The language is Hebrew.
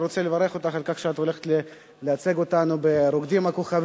אני רוצה לברך אותך על כך שאת הולכת לייצג אותנו ב"רוקדים עם כוכבים".